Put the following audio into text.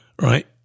right